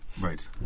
Right